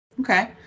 Okay